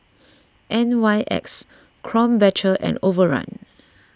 N Y X Krombacher and Overrun